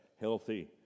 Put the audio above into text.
healthy